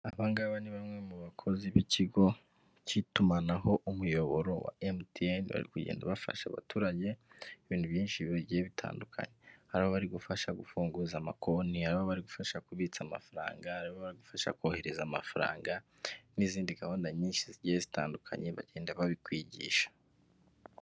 Aba ngaba ni bamwe mu bakozi b'ikigo cy'itumanaho umuyoboro wa MTN, bari kugenda bafasha abaturage ibintu byinshi bigiye bitandukanye, hari abo bari gufasha gufunguza amakonti, hari abo bari gufasha kubitsa amafaranga, hari abo bari gufasha kohereza amafaranga n'izindi gahunda nyinshi zigiye zitandukanye bagenda babikwigisha.